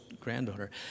granddaughter